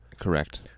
Correct